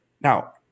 Now